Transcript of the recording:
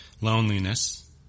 loneliness